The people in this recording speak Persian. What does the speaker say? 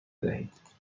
بدهید